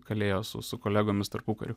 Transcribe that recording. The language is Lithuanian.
kalėjo su su kolegomis tarpukariu